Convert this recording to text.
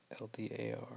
L-D-A-R